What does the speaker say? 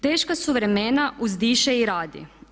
Teška su vremena, uzdiše i radi.